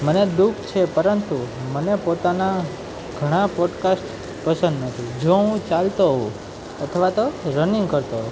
મને દુઃખ છે પરંતુ મને પોતાના ઘણાં પૉડકાસ્ટ પસંદ નથી જો હું ચાલતો હોઉં અથવા તો રનિંગ કરતો હોય